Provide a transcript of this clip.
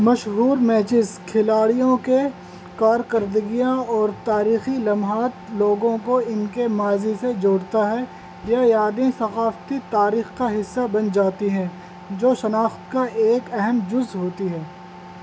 مشہور میچز کھلاڑیوں کے کارکردگیاں اور تاریخی لمحات لوگوں کو ان کے ماضی سے جوڑتا ہے یہ یادیں ثقافتی تاریخ کا حصہ بن جاتی ہیں جو شناخت کا ایک اہم جز ہوتی ہے